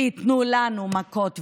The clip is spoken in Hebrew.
וייתנו לנו מכות ואלימות.